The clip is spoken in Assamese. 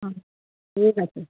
অঁ ঠিক আছে